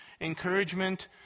encouragement